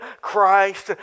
Christ